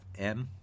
FM